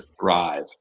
thrive